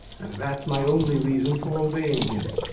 and that's my only reason for obeying him.